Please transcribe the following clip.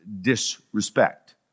disrespect